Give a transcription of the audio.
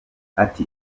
ati